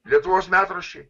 lietuvos metraščiai